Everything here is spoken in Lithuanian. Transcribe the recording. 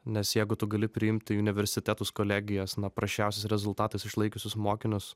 nes jeigu tu gali priimti į universitetus kolegijas na prasčiausiais rezultatais išlaikiusius mokinius